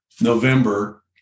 November